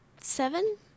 seven